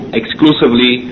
exclusively